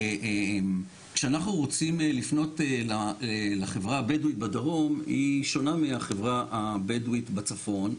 למשל החברה הבדואית בדרום היא שונה מהחברה הבדואית בצפון.